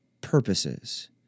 purposes